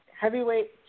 Heavyweight